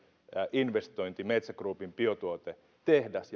investointi metsä groupin biotuotetehdas